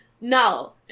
no